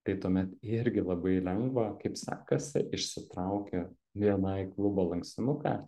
tai tuomet irgi labai lengva kaip sekasi išsitrauki bni klubo lankstinuką